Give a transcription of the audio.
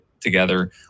together